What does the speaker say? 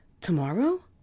Tomorrow